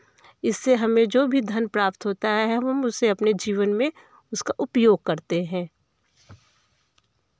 इससे हमें जो भी धन प्राप्त होता है हम उसे अपने जीवन में उसका उपयोग करते हैं